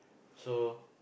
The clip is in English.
so